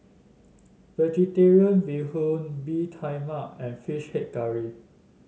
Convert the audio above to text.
vegetarian Bee Hoon Bee Tai Mak and fish head curry